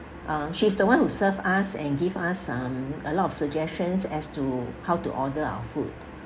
um she's the one who served us and give us um a lot of suggestions as to how to order our food